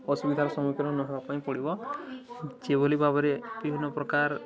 ଅସୁବିଧାର ସମ୍ମୁଖୀନ ନହେବା ପାଇଁ ପଡ଼ିବ ଯେଭଳି ଭାବରେ ବିଭିନ୍ନପ୍ରକାର